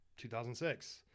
2006